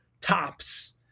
tops